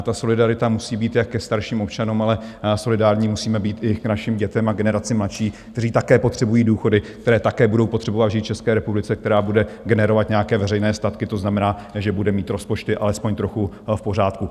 Ta solidarita musí být jak ke starším občanům, ale solidární musíme být i k našim dětem a generaci mladší, které také potřebují důchody, které také budou potřebovat žít v České republice, která bude generovat nějaké veřejné statky, to znamená, že bude mít rozpočty alespoň trochu v pořádku.